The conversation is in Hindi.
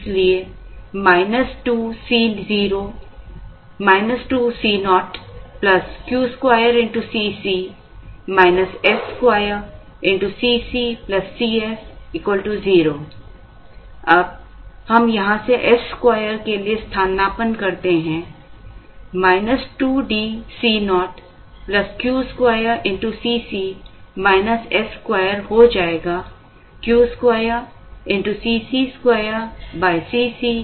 इसलिए 2DCo Q2 Cc s2 Cc Cs 0 अब हम यहां से s2 के लिए स्थानापन्न करते हैं 2DCo Q2Cc s2 हो जाएगा Q2Cc2 Cc Cs 0